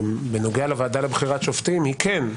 בנוגע לוועדה לבחירת שופטים היא כן,